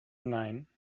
nine